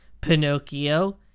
pinocchio